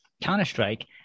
Counter-Strike